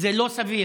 וזה לא סביר.